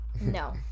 no